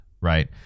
right